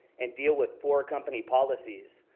and deal with poor company policies.